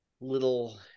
little